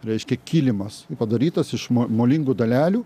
reiškia kilimas padarytas iš mo molingų dalelių